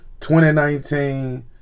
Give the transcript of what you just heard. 2019